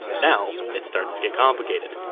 now it starts to get complicated.